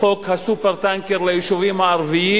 חוק ה"סופר-טנקר" ליישובים הערביים.